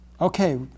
Okay